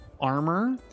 armor